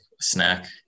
snack